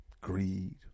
greed